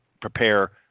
prepare